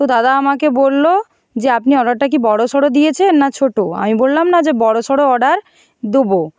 তো দাদা আমাকে বললো যে আপনি অর্ডারটা কি বড়ো সড়ো দিয়েছেন না ছোট আমি বললাম না যে বড়ো সড়ো অর্ডার দেবো